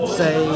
say